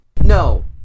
No